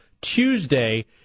Tuesday